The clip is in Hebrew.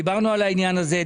דיברנו על העניין הזה,